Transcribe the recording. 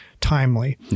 timely